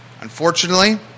Unfortunately